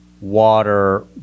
water